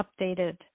updated